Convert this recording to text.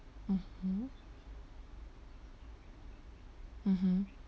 mmhmm mmhmm